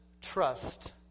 trust